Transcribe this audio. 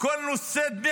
כל נושא דמי